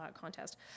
contest